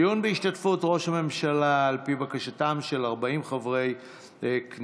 דיון בהשתתפות ראש הממשלה על פי בקשתם של 40 חברי כנסת.